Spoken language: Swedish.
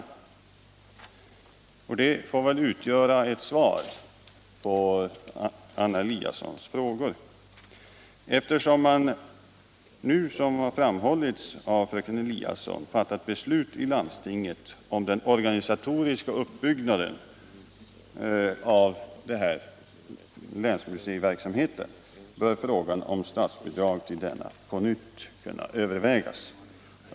Detta får utgöra ett svar på Anna Eliassons frågor. Eftersom man nu, som framhållits av fröken Eliasson, fattat beslut i landstinget om den organisatoriska uppbyggnaden av länsmuseiverksamheten, bör frågan om statsbidrag till denna på nytt kunna övervägas.